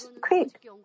quick